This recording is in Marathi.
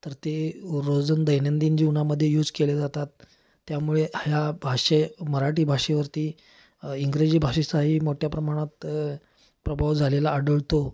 तर ते रोज अन दैनंदिन जीवनामध्ये यूज केले जातात त्यामुळे ह्या भाषे मराठी भाषेवरती इंग्रजी भाषेचाही मोठ्या प्रमाणात प्रभाव झालेला आढळतो